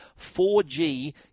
4G